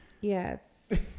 Yes